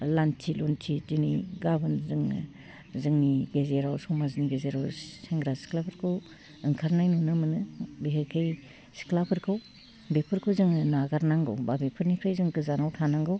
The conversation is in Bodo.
लांथि लुंथि दिनै गाबोन जोङो जोंनि गेजेराव समाजनि गेजेराव सेंग्रा सिख्लाफोरखौ ओंखारनाय नुनो मोनो बेहेखै सिख्लाफोरखौ बेफोरखौ जोङो नागारनांगौ बा बेफोरनिफ्राय जों गोजानाव थानांगौ